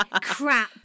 crap